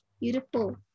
Beautiful